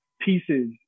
pieces